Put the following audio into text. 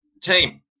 team